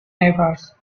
neighbors